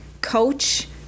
coach